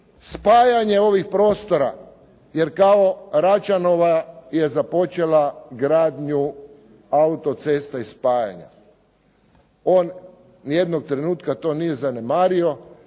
spajanje ovih prostora jer kao Račanova je započela gradnju autocesta i spajanja. On ni jednog trenutka to nije zanemario